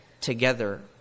together